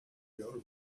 girl